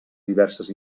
diverses